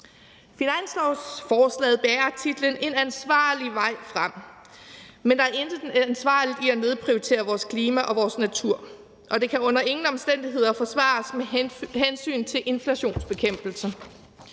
Finanslovsforslaget bærer titlen »En ansvarlig vej frem«, men der er intet ansvarligt i at nedprioritere vores klima og vores natur, og det kan under ingen omstændigheder forsvares med baggrund i inflationsbekæmpelse,